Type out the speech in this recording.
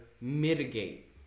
mitigate